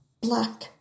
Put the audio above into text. black